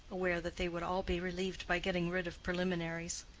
aware that they would all be relieved by getting rid of preliminaries.